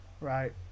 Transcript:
Right